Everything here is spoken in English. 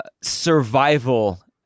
survival